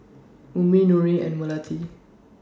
Ummi Nurin and Melati